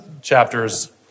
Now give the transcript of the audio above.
chapters